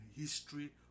history